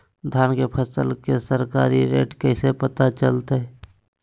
धान के फसल के सरकारी रेट कैसे पता चलताय?